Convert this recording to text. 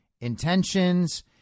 intentions